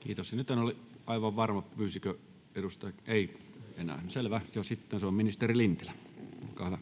Kiitos. — Ja nyt en ole aivan varma, pyysikö edustaja... [Tuomas Kettunen: Ei!] — Ei enää, selvä. — Sitten se on ministeri Lintilä. Olkaa hyvä.